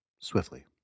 swiftly